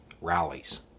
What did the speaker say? rallies